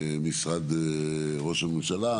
ממשרד ראש הממשלה,